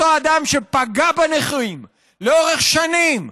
אותו אדם שפגע בנכים לאורך שנים,